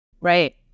Right